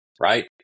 right